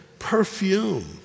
perfume